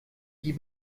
die